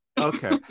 okay